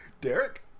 Derek